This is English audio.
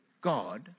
God